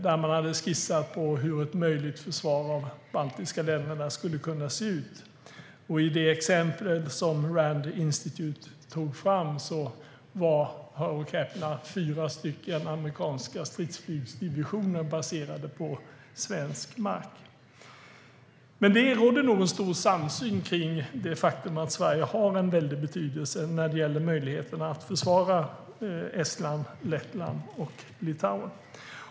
De hade skissat på hur ett möjligt försvar av de baltiska länderna skulle kunna se ut. I det exempel som Rand tog fram var, hör och häpna, fyra amerikanska stridsflygsdivisioner baserade på svensk mark. Det råder nog stor samsyn kring det faktum att Sverige har stor betydelse när det gäller möjligheterna att försvara Estland, Lettland och Litauen.